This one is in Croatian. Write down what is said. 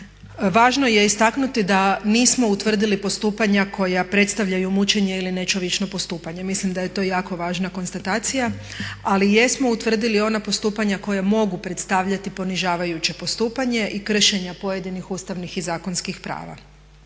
Važno je istaknuti da nismo utvrdili postupanja koja predstavljaju mučenje ili nečovječno postupanje. Mislim da je to jako važna konstatacija, ali jesmo utvrdili ona postupanja koja mogu predstavljati ponižavajuće postupanje i kršenja pojedinih ustavnih i zakonskih prava.